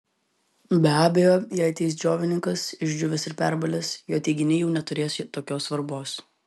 be abejo jei ateis džiovininkas išdžiūvęs ir perbalęs jo teiginiai jau neturės tokios svarbos